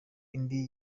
indi